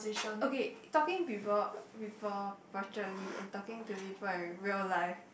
okay talking people people virtually and talking to people in real life